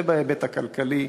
זה בהיבט הכלכלי.